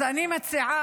אז אני מציעה